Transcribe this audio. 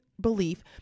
belief